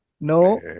No